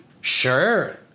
Sure